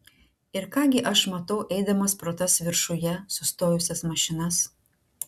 ir ką gi aš matau eidamas pro tas viršuje sustojusias mašinas